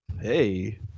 Hey